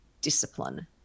discipline